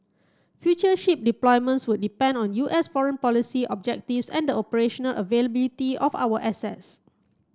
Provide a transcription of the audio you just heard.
future ship deployments would depend on U S foreign policy objectives and the operational availability of our assets